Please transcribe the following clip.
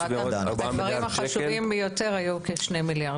הדברים החשובים ביותר היו כ-2 מיליארד שקלים.